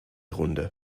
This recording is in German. runde